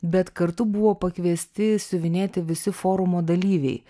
bet kartu buvo pakviesti siuvinėti visi forumo dalyviai